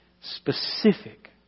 specific